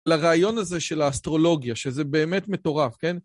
לרעיון הזה של האסטרולוגיה, שזה באמת מטורף, כן?